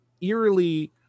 eerily